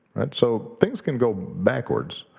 and so things can go backwards,